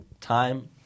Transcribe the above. Time